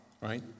right